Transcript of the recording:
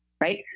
right